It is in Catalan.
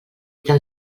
tan